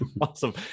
Awesome